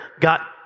got